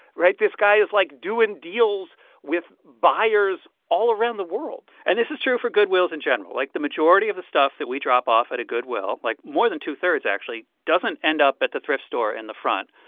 right? this guy is, like, doing deals with buyers all around the world and this is true for goodwills in general. like, the majority of the stuff that we drop off at a goodwill like, more than two-thirds actually doesn't end up at the thrift store in the front.